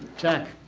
check